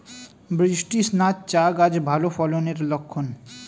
বৃষ্টিস্নাত চা গাছ ভালো ফলনের লক্ষন